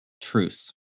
truce